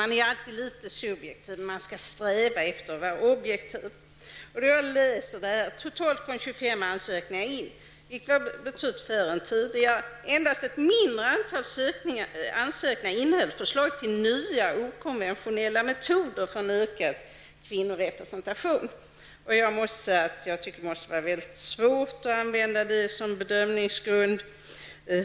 Man är alltid litet subjektiv, men man skall alltid sträva efter att vara objektiv. I svaret står det: ''Totalt kom 25 ansökningar in, vilket var betydligt färre än tidigare. Endast ett mindre antal ansökningar innehöll förslag till nya och okonventionella metoder för en ökad kvinnorepresentation.'' Jag tycker att det skulle vara mycket svårt att ha denna bedömningsgrund.